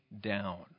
down